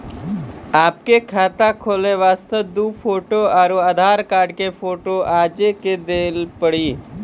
आपके खाते खोले वास्ते दु फोटो और आधार कार्ड के फोटो आजे के देल पड़ी?